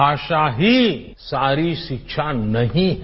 भाषा ही सारी शिक्षा नहीं है